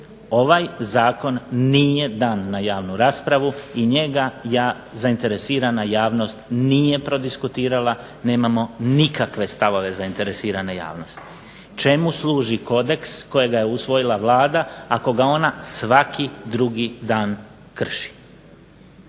Ovaj zakon nije dan na javnu raspravu i njega zainteresirana javnost nije prodiskutirala, nemamo nikakve stavove zainteresirane javnosti. Čemu služi kodeks kojega je usvojila Vlada ako ga ona svaki drugi dan krši?